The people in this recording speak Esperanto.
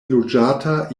loĝata